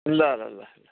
ल ल ल ल